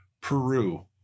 Peru